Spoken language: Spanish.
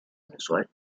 inusual